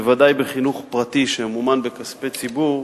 בוודאי בחינוך פרטי שממומן בכספי ציבור,